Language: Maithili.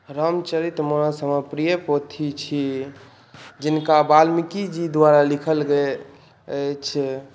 रामचरित मानस हमर प्रिय पोथी छी जिनका बाल्मिकी जी द्वारा लिखल गेल अछि